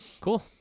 Cool